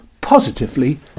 positively